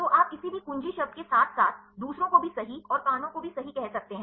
तो आप किसी भी कुंजी शब्द के साथ साथ दूसरों को भी सही और कानों को सही कह सकते हैं